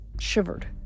shivered